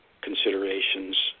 considerations